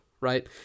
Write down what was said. right